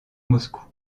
moscou